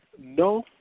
No